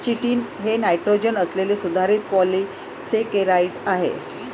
chitin हे nitrogen असलेले सुधारित पॉलिसेकेराइड आहे